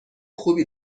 خوبی